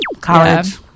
college